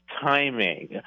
timing